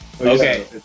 Okay